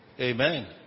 Amen